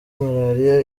maraliya